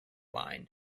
line